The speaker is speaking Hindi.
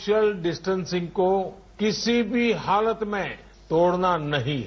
सोशल डिस्टेंसिंग को किसी भी हालत में तोड़ना नहीं है